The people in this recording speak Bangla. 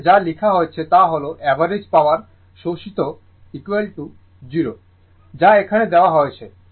এখানে যা লেখা হয়েছে তা হল অ্যাভারেজ পাওয়ার শোষিত 0 যা এখানে দেওয়া হয়েছে